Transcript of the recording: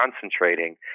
concentrating